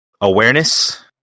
awareness